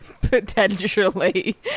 potentially